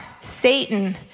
Satan